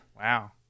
Wow